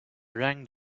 rang